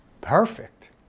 perfect